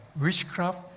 witchcraft